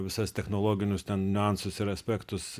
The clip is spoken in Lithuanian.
visas technologinius ten niuansus ir aspektus